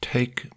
Take